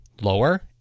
lower